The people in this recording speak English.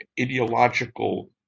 ideological